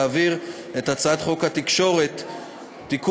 להעביר את הצעת חוק התקשורת (בזק ושידורים) (תיקון,